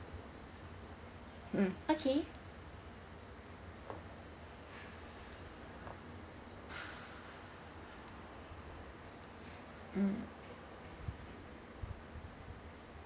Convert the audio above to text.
mm okay mm